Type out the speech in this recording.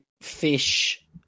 Fish